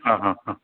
ആ അ അ